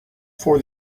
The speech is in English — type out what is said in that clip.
for